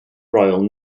royal